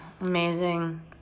Amazing